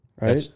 Right